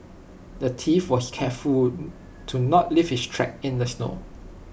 the thief was careful to not leave his tracks in the snow